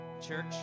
church